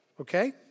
okay